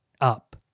up